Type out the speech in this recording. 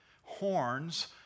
horns